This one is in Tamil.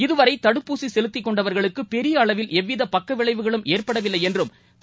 இதுவரைதடுப்பூசிசெலுத்திகொண்டவர்களுக்குபெரியஅளவில் எவ்விதபக்கவிளைவுகளும் ஏற்படவில்லைஎன்றும் திரு